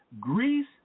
Greece